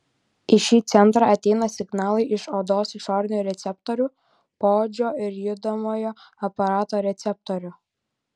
į šį centrą ateina signalai iš odos išorinių receptorių poodžio ir judamojo aparato receptorių